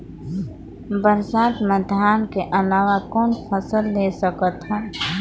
बरसात मे धान के अलावा कौन फसल ले सकत हन?